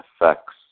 effects